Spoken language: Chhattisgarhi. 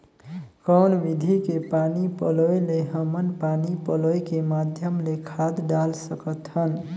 कौन विधि के पानी पलोय ले हमन पानी पलोय के माध्यम ले खाद डाल सकत हन?